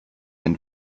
ein